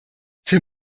für